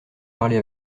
parler